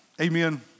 Amen